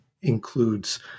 includes